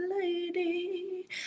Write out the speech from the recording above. lady